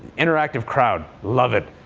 interactive crowd. love it.